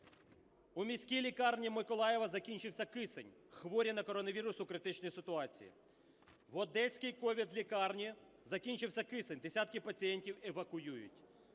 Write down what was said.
У міській лікарні Миколаєва закінчився кисень. Хворі на коронавірус у критичній ситуації. В одеській COVID-лікарні закінчився кисень, десятки пацієнтів евакуюють.